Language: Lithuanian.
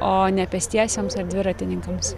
o ne pėstiesiems ar dviratininkams